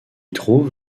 trouve